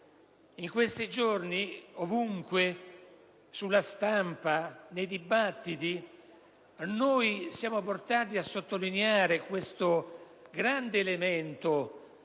In questi giorni ovunque, sulla stampa, nei dibattiti, siamo portati a sottolineare questo grande elemento